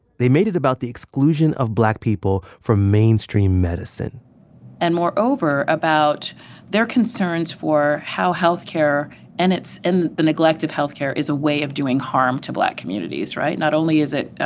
they made it about the exclusion of black people from mainstream medicine and moreover, about their concerns for how health care and its and the neglect of health care is a way of doing harm to black communities, right? not only is it,